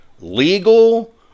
legal